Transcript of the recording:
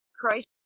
christ